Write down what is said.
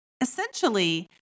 Essentially